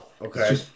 okay